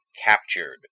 Captured